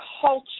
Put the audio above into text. culture